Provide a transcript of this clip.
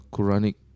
Quranic